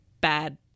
bad